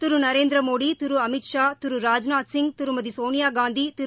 Thiru Narendra Modi Thiru Amit Shah Thiru Rajnath Singh Thirumathi Sonia Gandhi Thiru